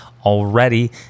already